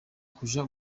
kuja